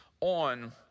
on